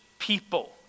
people